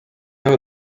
aho